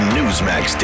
Newsmax